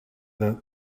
that